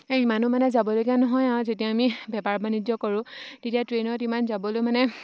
এই ইমানো মানে যাবলগীয়া নহয় আৰু যেতিয়া আমি বেপাৰ বাণিজ্য কৰোঁ তেতিয়া ট্ৰেইনত ইমান যাবলৈ মানে